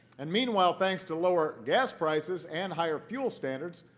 and meanwhile, thanks to lower gas prices and higher fuel standards,